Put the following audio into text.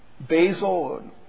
Basil